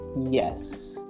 Yes